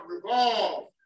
revolve